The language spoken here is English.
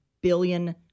billion